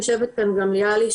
יושבת כאן גם ללי,